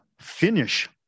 finish